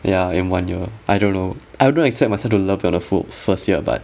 yeah in one year I don't know I wouldn't expect myself to love at the fir~ first year but